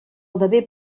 haver